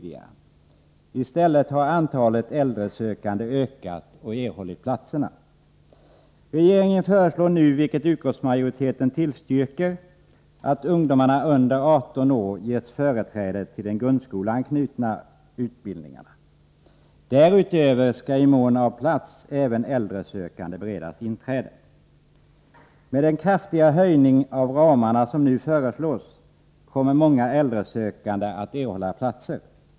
I stället har antalet äldre sökande ökat, och de har erhållit platserna. Regeringen föreslår nu, vilket utskottsmajoriteten tillstyrker, att ungdomar under 18 år ges företräde till de grundskoleanknutna utbildningarna. Därutöver skall i mån av plats även äldre sökande beredas inträde. Med den kraftiga höjning av ramarna som nu föreslås kommer många äldre sökande att erhålla platser.